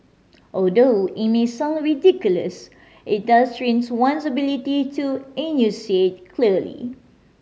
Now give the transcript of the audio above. although it may sound ridiculous it does trains one's ability to enunciate clearly